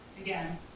again